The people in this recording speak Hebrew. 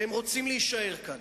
והם רוצים להישאר כאן.